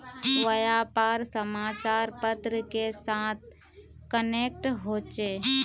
व्यापार समाचार पत्र के साथ कनेक्ट होचे?